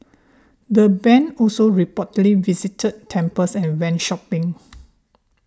the band also reportedly visited temples and went shopping